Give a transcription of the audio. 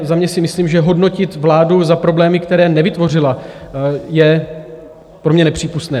Za mě si myslím, že hodnotit vládu za problémy, které nevytvořila, je pro mě nepřípustné.